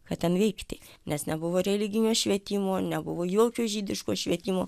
ką ten veikti nes nebuvo religinio švietimo nebuvo jokio žydiško švietimo